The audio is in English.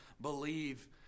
believe